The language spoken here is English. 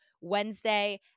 Wednesday